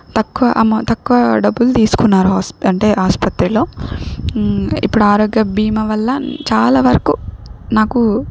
తక్కువ అమౌ తక్కువ డబ్బులు తీసుకున్నారు హాస్ అంటే ఆసుపత్రిలో ఇప్పుడు ఆరోగ్య బీమా వల్ల చాలా వరకు నాకు